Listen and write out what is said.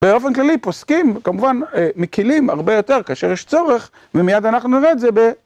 באופן כללי פוסקים כמובן מקילים הרבה יותר כאשר יש צורך, ומיד אנחנו נראה את זה ב...